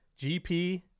GP